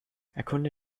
erkunde